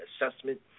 assessment